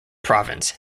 province